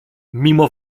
mimo